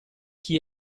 chi